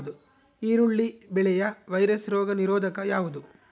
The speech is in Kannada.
ಈರುಳ್ಳಿ ಬೆಳೆಯ ವೈರಸ್ ರೋಗ ನಿರೋಧಕ ಯಾವುದು?